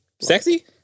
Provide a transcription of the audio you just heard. sexy